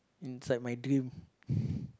inside my dream